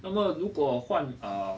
那么如果换 uh